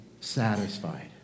satisfied